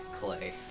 clay